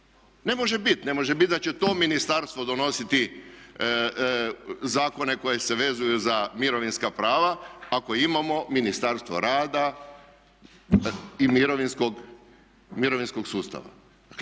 Ne može biti da će to ministarstvo donositi zakone koji se vezuju za mirovinska prava ako imamo Ministarstvo rada i mirovinskog sustava.